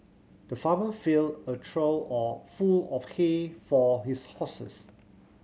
the farmer filled a trough all full of hay for his horses